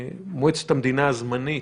מועצת המדינה הזמנית,